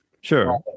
Sure